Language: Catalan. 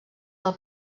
del